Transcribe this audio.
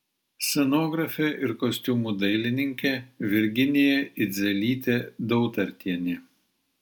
scenografė ir kostiumų dailininkė virginija idzelytė dautartienė